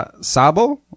Sabo